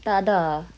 tak ada